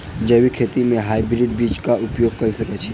जैविक खेती म हायब्रिडस बीज कऽ उपयोग कऽ सकैय छी?